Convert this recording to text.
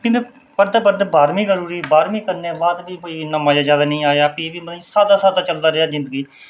भी में पढ़दे पढ़दे बाह्रमीं करी ओड़ी बाह्रमीं करने बाद भी कोई इन्ना मजा जैदा निं आया भी बी मतलब सादा सादा चलदा रेहा जिंदगी